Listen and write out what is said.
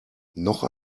noch